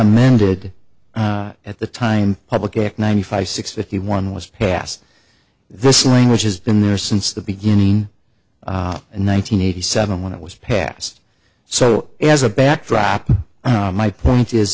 amended at the time public ninety five six fifty one was passed this language has been there since the beginning in one nine hundred eighty seven when it was passed so as a backdrop my point is